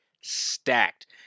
stacked